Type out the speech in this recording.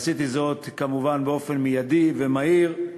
עשיתי זאת כמובן באופן מיידי ומהיר,